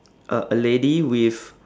a a lady with